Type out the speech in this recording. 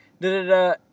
da-da-da